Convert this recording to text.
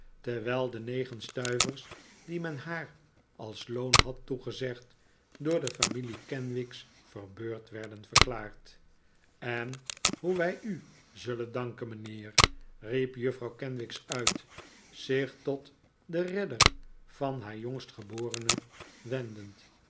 terwijl de negen stuivers die men haar als loon had toegezegd door de familie kenwigs verbeurd werden verklaard en hoe wij u zullen danken mijnheer riep juffrouw kenwigs uit zich tot den redder van haar jongstgeborene wendend